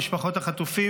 למשפחות החטופים,